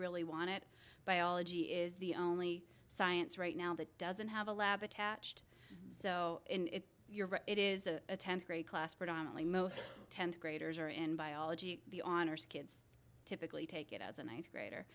really want it biology is the only science right now that doesn't have a lab attached so you're right it is a tenth grade class predominantly most tenth graders or in biology the honors kids typically take it as a ninth grader